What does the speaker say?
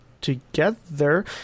together